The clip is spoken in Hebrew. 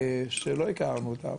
שלא הכרנו אותם,